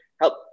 help